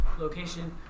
location